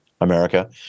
America